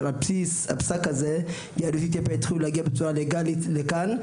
אבל על בסיס הפסק הזה יהדות אתיופיה התחילו להגיע בצורה לגאלית לכאן,